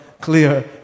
clear